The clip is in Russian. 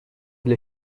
для